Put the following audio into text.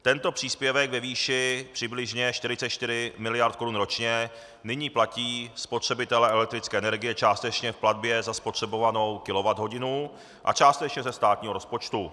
Tento příspěvek ve výši přibližně 44 mld. Kč ročně nyní platí spotřebitelé elektrické energie částečně v platbě za spotřebovanou kilowatthodinu a částečně ze státního rozpočtu.